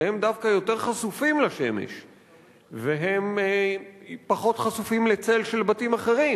שהם דווקא יותר חשופים לשמש והם פחות חשופים לצל של בתים אחרים,